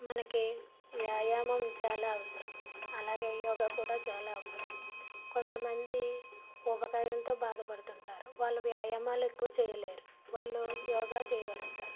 మనకి వ్యాయామం చాలా అవసరం అలాగే యోగా కూడా చాలా అవసరం కొంత మంది ఉబ్బకాయంతో బాధపడుతు ఉంటారు వాళ్ళు వ్యాయామాలు ఎక్కువ చేయలేరు వాళ్ళు యోగా చేయగలుగుతారు